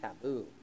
taboo